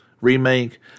Remake